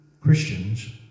Christians